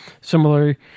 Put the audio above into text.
similar